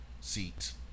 seats